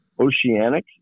oceanic